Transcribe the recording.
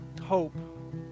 hope